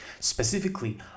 Specifically